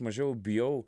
mažiau bijau